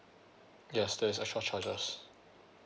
yes there's extra charges